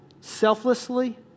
selflessly